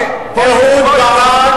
בלי שקר.